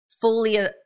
fully